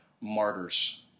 martyrs